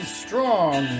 strong